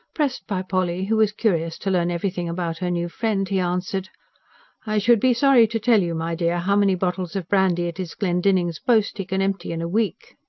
pressed by polly, who was curious to learn everything about her new friend, he answered i should be sorry to tell you, my dear, how many bottles of brandy it is glendinning's boast he can empty in a week.